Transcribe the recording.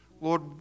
Lord